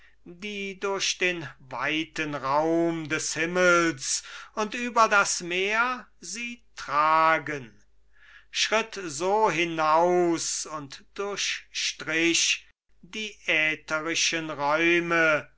die durch den weiten raum des himmels und über das meer sie tragen schritt so hinaus und durchstrich die ätherischen räume